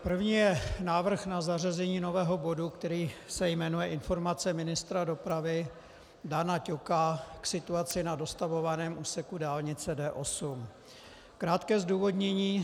První je návrh na zařazení nového bodu, který se jmenuje Informace ministra dopravy Dana Ťoka k situaci na dostavovaném úseku dálnice D8. Krátké zdůvodnění.